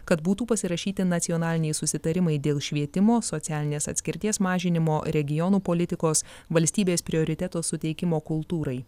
kad būtų pasirašyti nacionaliniai susitarimai dėl švietimo socialinės atskirties mažinimo regionų politikos valstybės prioriteto suteikimo kultūrai